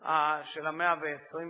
של המאה ה-21,